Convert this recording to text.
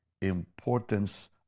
importance